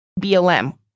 BLM